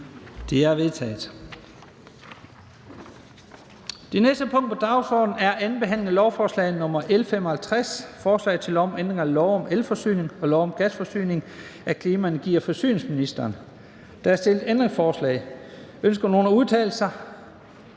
Det er vedtaget.